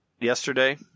yesterday